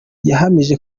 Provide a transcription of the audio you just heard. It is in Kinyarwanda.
yahamije